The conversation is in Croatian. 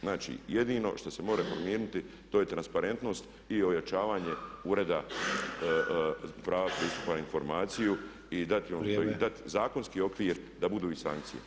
Znači jedino što se mora promijeniti to je transparentnost i ojačavanje Ureda prava pristupa na informaciju i dati zakonski okvir da budu i sankcije.